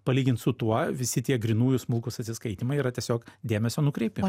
palygint su tuo visi tie grynųjų smulkūs atsiskaitymai yra tiesiog dėmesio nukreipimas